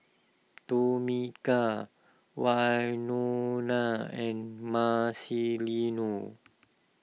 Tomika Wynona and Marcelino